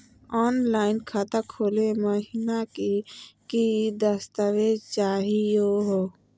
Online खाता खोलै महिना की की दस्तावेज चाहीयो हो?